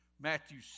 Matthew